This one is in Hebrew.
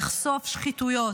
לחשוף שחיתויות,